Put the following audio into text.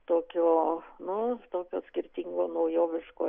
tokio nu tokio skirtingo naujoviško